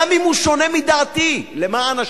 גם אם הוא שונה מדעתי, למען השם.